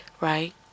right